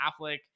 Affleck